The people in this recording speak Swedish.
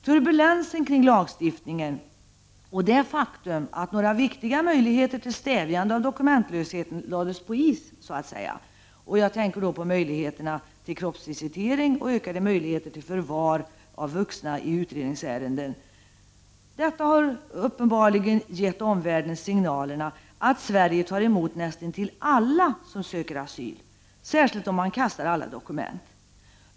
Turbulensen kring lagstiftningen och det faktum att några viktiga möjligheter till stävjande av dokumentlösheten lades på is — möjligheterna till kroppsvisitering och ökade möjligheter till förvar av vuxna i utredningsärenden — har uppenbarligen gett omvärlden signalen att Sverige tar emot näst intill alla som söker asyl, särskilt om man kastar alla dokument!